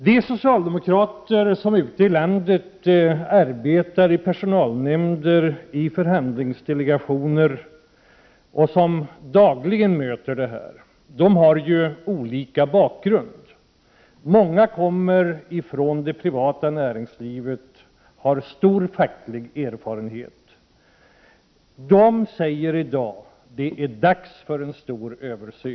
De socialdemokrater som ute i landet arbetar i personalnämnder och förhandlingsdelegationer och som dagligen stöter på dessa saker har olika bakgrund. Många kommer från det privata näringslivet och har lång facklig erfarenhet. De säger i dag: Det är dags för en stor översyn.